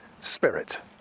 spirit